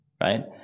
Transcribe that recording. right